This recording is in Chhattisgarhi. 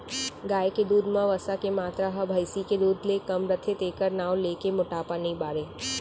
गाय के दूद म वसा के मातरा ह भईंसी के दूद ले कम रथे तेकर नांव लेके मोटापा नइ बाढ़य